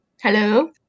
Hello